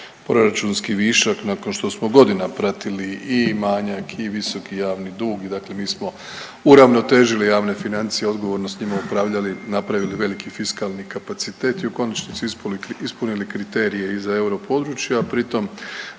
proračunski višak nakon što smo godinama pratili i manjak i visoki javni dug i dakle, mi smo uravnotežili javne financije, odgovorno s njima upravljali, napravili veliki fiskalni kapacitet i u konačnici ispunili kriterije i za euro područje, a pritom